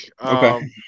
Okay